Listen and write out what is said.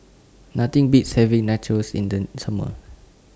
Nothing Beats having Nachos in The Summer